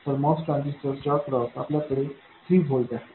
तर या MOS ट्रान्झिस्टरच्या अक्रॉस आपल्याकडे 3 व्होल्ट आहे